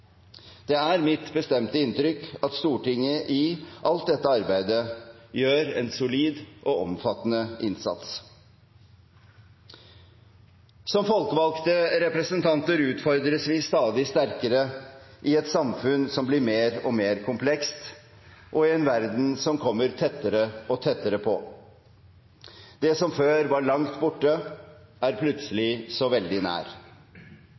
Det er mitt bestemte inntrykk at Stortinget i alt dette arbeidet gjør en solid og omfattende innsats. Som folkevalgte representanter utfordres vi stadig sterkere i et samfunn som blir mer og mer komplekst, og i en verden som kommer tettere og tettere på. Det som før var langt borte, er plutselig så veldig nær.